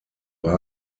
war